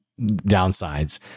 downsides